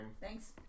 Thanks